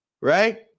right